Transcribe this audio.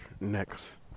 next